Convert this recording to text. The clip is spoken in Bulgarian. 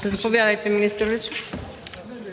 ПРЕДСЕДАТЕЛ МУКАДДЕС